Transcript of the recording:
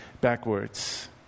backwards